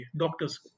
doctors